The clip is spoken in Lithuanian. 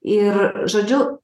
ir žodžiu